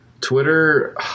Twitter